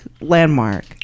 landmark